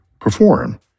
perform